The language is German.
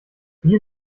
wie